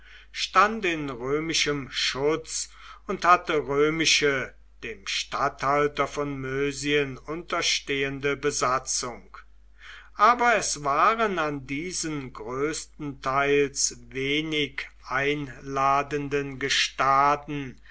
stand in römischem schutz und hatte römische dem statthalter von mösien unterstehende besatzung aber es waren an diesen größtenteils wenig einladenden gestaden